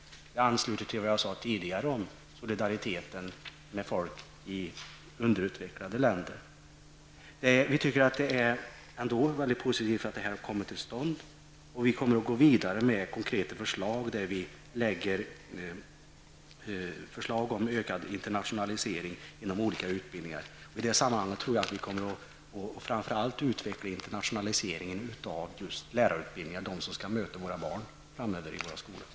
Detta ansluter till det jag tidigare sade om solidariteten med människor i underutvecklade länder. Vi anser att det är mycket positivt att detta avtal har kommit till stånd, och vi kommer att gå vidare med konkreta förslag om en ökad internationalisering inom olika utbildningar. I detta sammanhang tror jag att framför allt internationaliseringen av just lärarutbildningen, utbildningen för dem som skall möta våra barn i skolan, kommer att öka.